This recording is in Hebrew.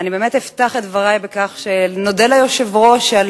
אני באמת אפתח את דברי בכך שנודה ליושב-ראש על